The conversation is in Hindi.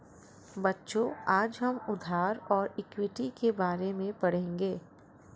बच्चों आज हम उधार और इक्विटी के बारे में पढ़ेंगे